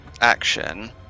action